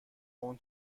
اون